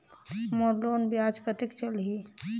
मोर loan ब्याज कतेक चलही?